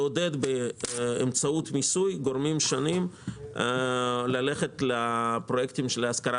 לעודד באמצעות מיסוי גורמים שונים ללכת לפרויקטים של השכרה